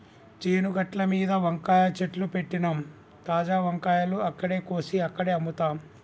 చేను గట్లమీద వంకాయ చెట్లు పెట్టినమ్, తాజా వంకాయలు అక్కడే కోసి అక్కడే అమ్ముతాం